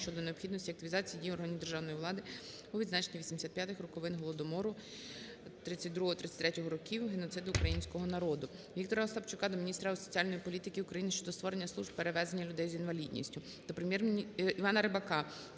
щодо необхідності активізації дій органів державної влади у відзначенні 85-х роковин Голодомору 1932-1933 років - геноциду українського народу. Віктора Остапчука до міністра соціальної політики України щодо створення служб перевезень людей з інвалідністю.